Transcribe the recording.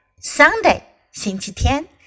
Sunday,星期天